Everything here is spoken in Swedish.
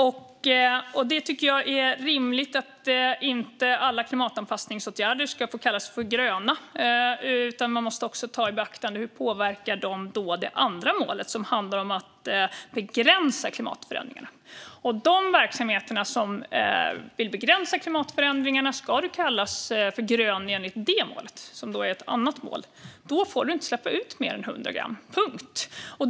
Jag tycker att det är rimligt att inte alla klimatanpassningsåtgärder ska få kallas för gröna, utan man måste ta i beaktande hur de påverkar det andra målet som handlar om att begränsa klimatförändringarna. Om de verksamheter som vill begränsa klimatförändringarna ska få kallas för gröna enligt det målet, som är ett annat mål, får man inte släppa ut mer än 100 gram, punkt.